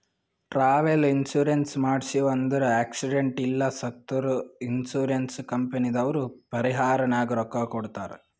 travel insurance ಮಾಡ್ಸಿವ್ ಅಂದುರ್ accident ಇಲ್ಲ ಸತ್ತುರ್ ಇನ್ಸೂರೆನ್ಸ್ ಕಂಪನಿದವ್ರು ಪರಿಹಾರನಾಗ್ ರೊಕ್ಕಾ ಕೊಡ್ತಾರ್